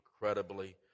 incredibly